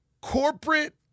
corporate